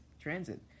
transit